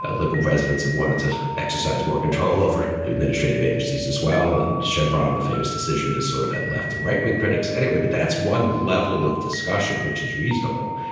ah liberal presidents have wanted to exercise more control over administrative agencies as well. and chevron, the famous decision has sort of had left and right wing critics anyway but that's one level of discussion which is reasonable.